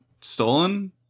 stolen